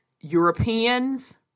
Europeans